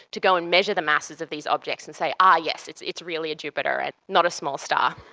to go and measure the masses of these objects and say, ah yes, it's it's really a jupiter and not a small star.